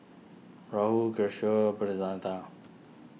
Rahul Kishore